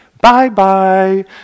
Bye-bye